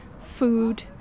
food